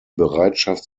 bereitschaft